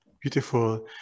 Beautiful